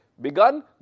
begun